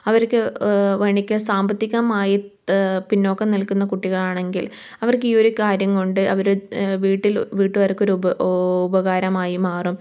അവർക്ക് വേണിക്ക സാമ്പത്തികമായി പിന്നോക്കം നിൽക്കുന്ന കുട്ടികളാണെങ്കിൽ അവർക്ക് ഈ ഒരു കാര്യംകൊണ്ട് അവര് വീട്ടിൽ വീട്ടുകാർക്ക് ഒരു ഉപകാരമായി മാറും